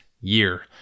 year